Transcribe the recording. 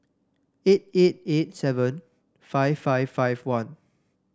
eight eight eight seven five five five one